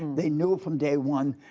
they knew from day one.